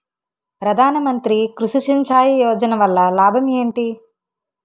ప్రధాన మంత్రి కృషి సించాయి యోజన వల్ల లాభం ఏంటి?